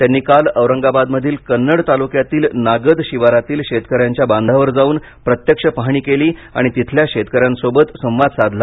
त्यांनी काल औरंगाबादमधील कन्नड तालुक्यातील नागद शिवारातील शेतकऱ्यांच्या बांधावर जाऊन प्रत्यक्ष पाहणी केली आणि तिथल्या शेतकऱ्यांसोबत संवाद साधला